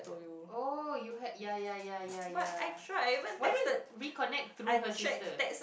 oh you had ya ya ya ya ya why don't we connect through her sister